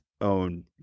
own